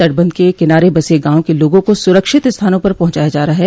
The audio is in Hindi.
तटबंध के किनारे बसे गांव के लोगों को सुरक्षित स्थानों पर पहुंचाया जा रहा है